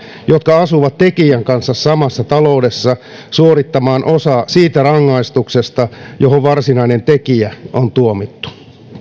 jotka asuvat tekijän kanssa samassa taloudessa suorittamaan osa siitä rangaistuksesta johon varsinainen tekijä on tuomittu